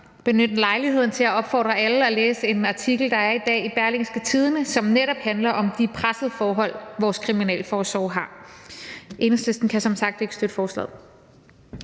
benytte lejligheden til at opfordre alle til at læse en artikel, der i dag er i Berlingske, som netop handler om de pressede forhold, vores kriminalforsorg har. Enhedslisten kan som sagt ikke støtte forslaget.